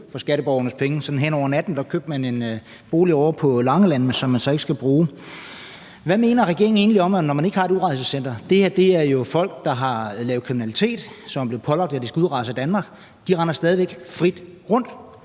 for skatteborgernes penge. Sådan hen over natten købte man en bolig ovre på Langeland, som man så ikke skal bruge. Hvad mener regeringen egentlig om, at når man ikke har et udrejsecenter – det her er jo folk, der har lavet kriminalitet, og som er blevet pålagt, at de skal udrejse af Danmark – render de folk stadig frit rundt?